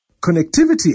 Connectivity